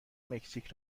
مکزیک